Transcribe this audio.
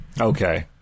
Okay